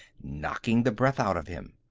knocking the breath out of him.